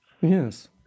Yes